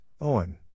Owen